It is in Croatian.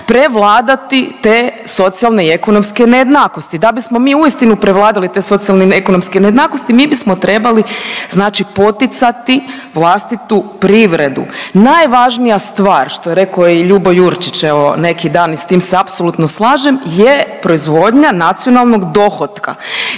prevladati te socijalne i ekonomske nejednakosti. Da bismo mi uistinu prevladali te socijalne i ekonomske nejednakosti mi bismo trebali, znači poticati vlastitu privredu. Najvažnija stvar što je reko i Ljubo Jurčić, evo neki dan i s tim se apsolutno slažem je proizvodnja nacionalnog dohotka.